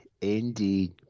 indeed